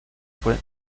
fue